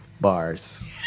Bars